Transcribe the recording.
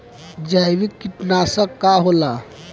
जैविक कीटनाशक का होला?